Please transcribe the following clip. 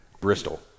bristol